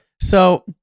So-